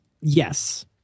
yes